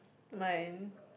mine